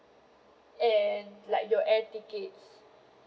and like your air tickets